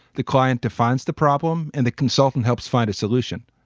the client defines the problem and the consultant helps find a solution.